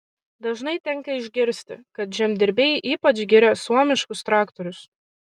dažnai tenka išgirsti kad žemdirbiai ypač giria suomiškus traktorius